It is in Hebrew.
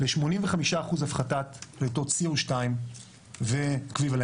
ל-85% הפחתת פליטות CO2 ואקוויוולנט,